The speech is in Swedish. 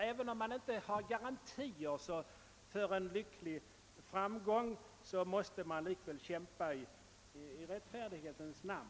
även om man inte har garantier för framgång, så måste man likväl kämpa i rättfärdighetens namn.